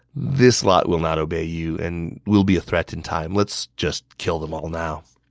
this lot will not obey you and will be a threat in time. let's just kill them all now.